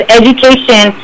education